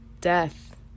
Death